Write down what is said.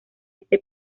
este